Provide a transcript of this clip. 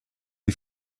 die